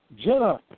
Jenna